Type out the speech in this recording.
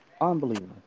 Unbelievable